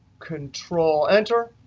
control enter,